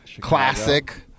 classic